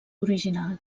original